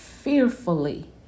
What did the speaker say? Fearfully